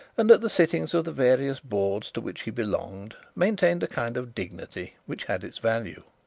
and at the sittings of the various boards to which he belonged maintained a kind of dignity which had its value.